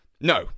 No